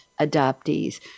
adoptees